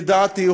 לדעתי,